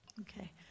Okay